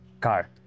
car